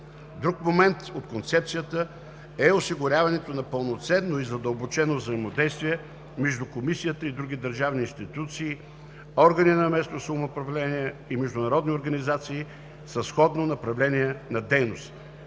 Друг момент от концепцията е осигуряването на пълноценно и задълбочено взаимодействие между Комисията и други държавни институции, органи на местно самоуправление и международни организации със сходно направление на дейност.